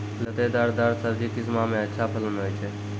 लतेदार दार सब्जी किस माह मे अच्छा फलन होय छै?